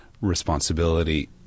responsibility